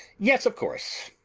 yes, of course!